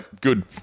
Good